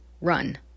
run